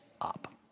up